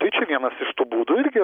tai čia vienas iš tų būdų irgi